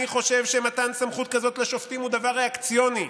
אני חושב שמתן סמכות כזאת לשופטים הוא דבר ריאקציוני,